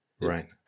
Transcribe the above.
right